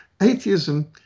atheism